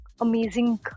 amazing